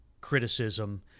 criticism